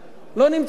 לא נמצא כאן.